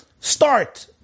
Start